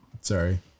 Sorry